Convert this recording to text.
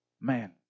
Man